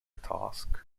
task